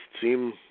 seem